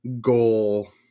goal